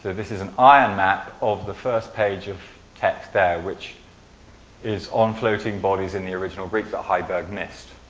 this is an iron map of the first page of text there which is on floating bodies in the original greek that heiberg missed.